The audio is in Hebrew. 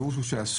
הפירוש הוא שאסור,